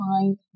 find